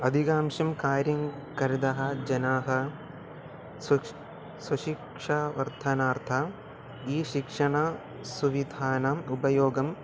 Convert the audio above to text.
अधिकांशं कार्यं कर्तुं जनाः स्वक्ष् स्वशिक्षणार्थम् ई शिक्षणसुविधानाम् उपयोगम्